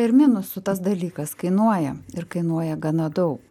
ir minusų tas dalykas kainuoja ir kainuoja gana daug